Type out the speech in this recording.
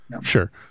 Sure